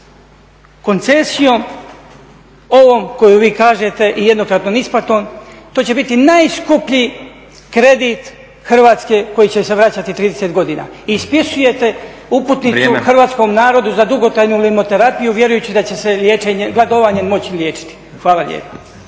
Koncesijom ovom koju vi kažete i jednokratnom isplatom to će biti najskuplji kredit Hrvatske koji će se vraćati 30 godina. I ispisujete uputnicu hrvatskom narodu za dugotrajnu terapiju vjerujući da će se …/Govornik se ne razumije./… moći liječiti. Hvala lijepa.